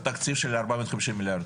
מתוך תקציב של ארבע מאות וחמישים מיליארד.